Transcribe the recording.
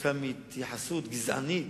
כתוצאה מהתייחסות גזענית,